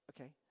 okay